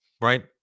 right